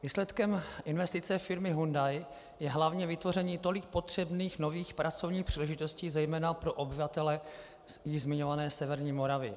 Výsledkem investice firmy Hyundai je hlavně vytvoření tolik potřebných pracovních příležitostí zejména pro obyvatele již zmiňované severní Moravy.